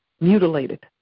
mutilated